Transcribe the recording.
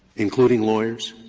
including lawyers?